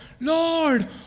Lord